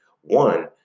one